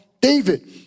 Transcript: David